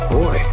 Boy